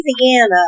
Louisiana